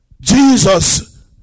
Jesus